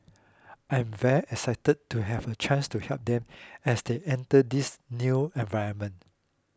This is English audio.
I'm very excited to have a chance to help them as they enter this new environment